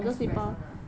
express [one] ah